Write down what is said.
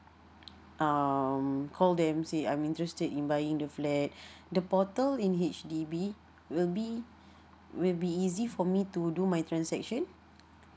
um call them say I'm interested in buying the flat the portal in H_D_B will be will be easy for me to do my transaction